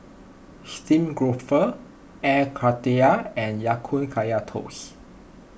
Steamed Grouper Air Karthira and Ya Kun Kaya Toast